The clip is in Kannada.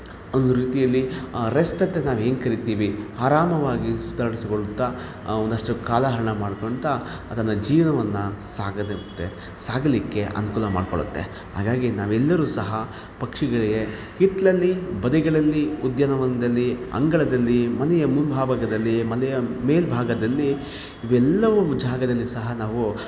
ಒಂದು ರೀತಿಯಲ್ಲಿ ಆ ರೆಸ್ಟ್ ಅಂತ ನಾವೇನು ಕರಿತೀವಿ ಆರಾಮವಾಗಿ ಸುಧಾರಿಸಿಕೊಳ್ಳುತ್ತಾ ಒಂದಷ್ಟು ಕಾಲಹರಣ ಮಾಡ್ಕೊಳ್ತಾ ಅದರ ಜೀವನವನ್ನು ಸಾಗಿದತ್ತ ಸಾಗಲಿಕ್ಕೆ ಅನುಕೂಲ ಮಾಡ್ಕೊಳ್ಳುತ್ತೆ ಹಾಗಾಗಿ ನಾವೆಲ್ಲರೂ ಸಹ ಪಕ್ಷಿಗಳಿಗೆ ಹಿತ್ತಲಲ್ಲಿ ಬದಿಗಳಲ್ಲಿ ಉದ್ಯಾನವನದಲ್ಲಿ ಅಂಗಳದಲ್ಲಿ ಮನೆಯ ಮುಂಭಾಗದಲ್ಲಿ ಮನೆಯ ಮೇಲ್ಭಾಗದಲ್ಲಿ ಇವೆಲ್ಲವೂ ಜಾಗದಲ್ಲಿ ಸಹ ನಾವು